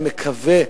אני מקווה,